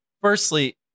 firstly